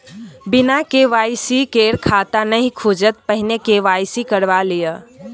बिना के.वाई.सी केर खाता नहि खुजत, पहिने के.वाई.सी करवा लिअ